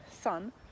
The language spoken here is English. sun